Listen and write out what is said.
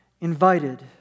invited